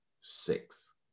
six